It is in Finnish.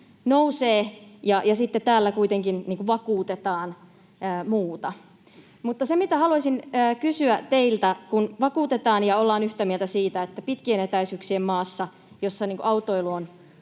mutta sitten täällä kuitenkin vakuutetaan muuta. Haluaisin kysyä teiltä siitä, kun vakuutetaan ja ollaan yhtä mieltä siitä, että pitkien etäisyyksien maassa, jossa autoilu on